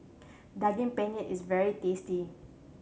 Daging Penyet is very tasty